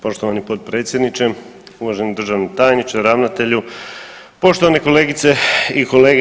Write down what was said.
Poštovani potpredsjedniče, uvaženi državni tajniče, ravnatelju, poštovane kolegice i kolege.